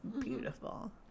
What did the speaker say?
beautiful